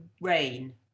rain